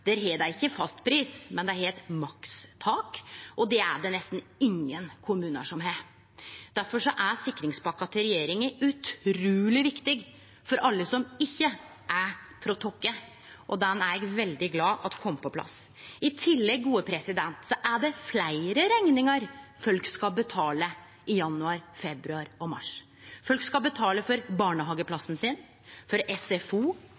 Der har dei ikkje fastpris, men dei har eit makstak, og det er det nesten ingen kommunar som har. Difor er sikringspakka til regjeringa utruleg viktig for alle som ikkje er frå Tokke, og eg er veldig glad for at ho kom på plass. I tillegg er det fleire rekningar folk skal betale i januar, februar og mars. Folk skal betale for barnehageplass og for SFO,